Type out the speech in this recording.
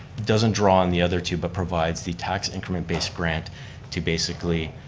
doesn't draw in the other two but provides the tax increment-based grant to basically.